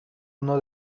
uno